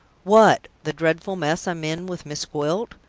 what! the dreadful mess i'm in with miss gwilt?